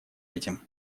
этим